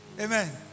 Amen